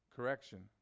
Correction